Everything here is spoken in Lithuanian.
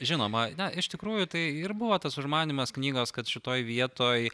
žinoma ne iš tikrųjų tai ir buvo tas užmanymas knygos kad šitoj vietoj